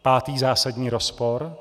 Pátý zásadní rozpor.